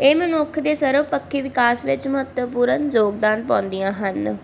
ਇਹ ਮਨੁੱਖ ਦੇ ਸਰਬਪੱਖੀ ਵਿਕਾਸ ਵਿੱਚ ਮਹੱਤਵਪੂਰਨ ਯੋਗਦਾਨ ਪਾਉਂਦੀਆਂ ਹਨ